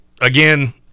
again